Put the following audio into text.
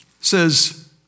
says